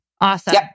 Awesome